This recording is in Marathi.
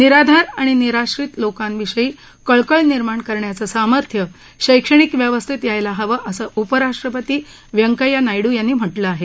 निराधार आणि निराश्रीत लोकांविषयी कळकळ निर्माण करण्याचं सामर्थ्य शैक्षणिक व्यवस्थेत यायला हवं असं उपराष्ट्रपती व्यंकय्या नायडू यांनी म्हटलं आहे